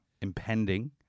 impending